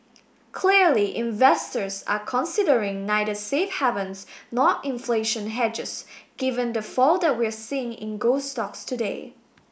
clearly investors are considering neither safe havens nor inflation hedges given the fall that we're seeing in gold stocks today